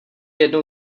jednou